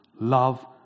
love